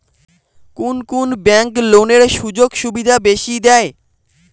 কুন কুন ব্যাংক লোনের সুযোগ সুবিধা বেশি দেয়?